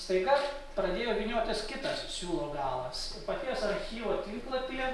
staiga pradėjo vyniotis kitas siūlo galas ir paties archyvo tinklapyje